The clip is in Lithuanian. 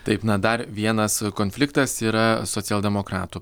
taip na dar vienas konfliktas yra socialdemokratų